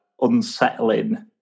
unsettling